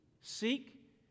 Seek